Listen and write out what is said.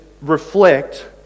reflect